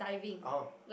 oh